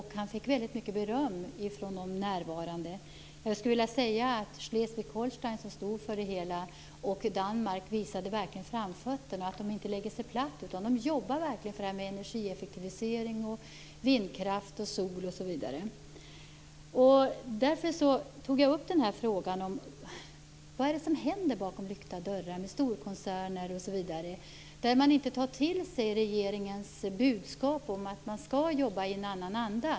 Han fick väldigt mycket beröm från de närvarande. Schleswig-Holstein, som stod för det hela, och Danmark visade verkligen framfötterna och att man inte lägger sig platt. Man jobbar verkligen för detta med energieffektivisering, vindkraft, sol osv. Jag frågade vad det är som händer bakom lykta dörrar beträffande storkoncerner etc. Man tar ju inte till sig regeringens budskap om att det skall jobbas i en annan anda.